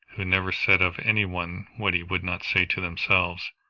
who never said of any one what he would not say to themselves,